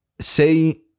say